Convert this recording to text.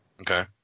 Okay